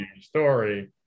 story